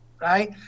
right